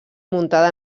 muntada